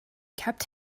kept